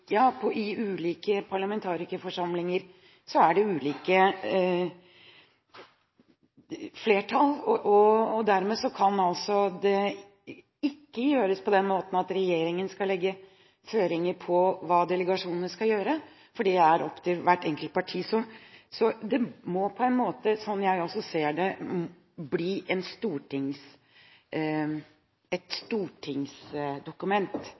parlamentarikerforsamlinger er ulike flertall. Dermed kan det ikke gjøres på den måten at regjeringen skal legge føringer for hva delegasjonene skal gjøre, for det er opp til hvert enkelt parti. Så sånn som jeg ser det, må